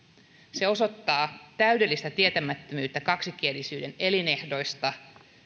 se osoittaa täydellistä tietämättömyyttä kaksikielisyyden elinehdoista